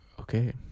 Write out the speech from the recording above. Okay